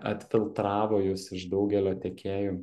atfiltravo jus iš daugelio tiekėjų